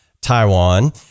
Taiwan